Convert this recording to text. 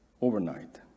overnight